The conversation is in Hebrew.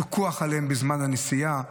פיקוח עליהם בזמן הנסיעה.